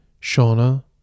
Shauna